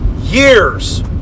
years